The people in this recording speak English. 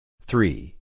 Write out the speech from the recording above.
Three